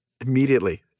immediately